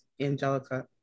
Angelica